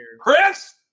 Chris